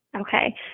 Okay